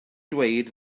dweud